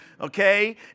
Okay